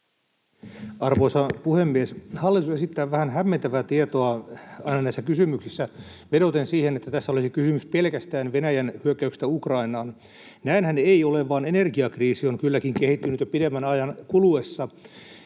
Arvoisa puhemies! Hallitus esittää vähän hämmentävää tietoa aina näissä kysymyksissä vedoten siihen, että tässä olisi kysymys pelkästään Venäjän hyökkäyksestä Ukrainaan. Näinhän ei ole, vaan energiakriisi on kylläkin kehittynyt jo pidemmän ajan kuluessa.